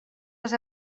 les